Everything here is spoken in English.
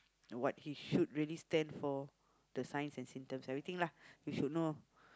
what he should really stand for the signs and symptoms everything lah you should know